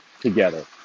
together